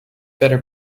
better